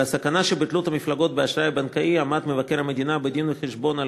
על הסכנה שבתלות המפלגות באשראי הבנקאי עמד מבקר המדינה בדין-וחשבון על